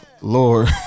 Lord